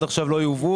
הסיפור של נקודות